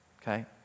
okay